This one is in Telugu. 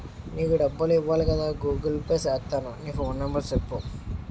నీకు డబ్బులు ఇవ్వాలి కదా గూగుల్ పే సేత్తాను నీ ఫోన్ నెంబర్ సెప్పు